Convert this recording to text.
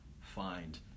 find